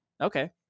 Okay